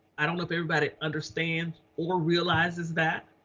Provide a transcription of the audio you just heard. i don't know if everybody understands or realizes that,